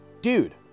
Dude